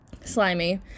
slimy